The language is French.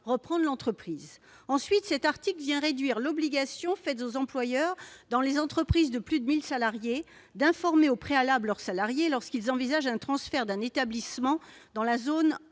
reprendre l'entreprise. Ensuite, cet article vient restreindre l'obligation faite aux employeurs, pour les entreprises de plus de 1 000 salariés, d'informer au préalable leurs salariés lorsqu'ils envisagent le transfert d'un établissement dans la même